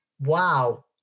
Wow